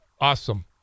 awesome